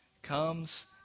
Comes